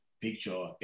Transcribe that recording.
picture